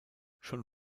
schon